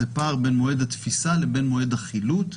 הוא הפער בין מועד התפיסה לבין מועד החילוט.